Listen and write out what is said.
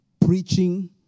Preaching